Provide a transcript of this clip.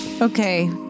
Okay